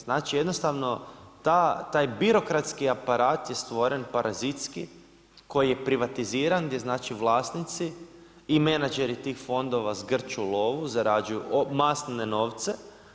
Znači jednostavno, taj birokratski aparat je stvoren parazitski, koji je privatiziran, gdje znači vlasnici i menadžeri tih fondova zgrču lovu, zarađuju masne novce.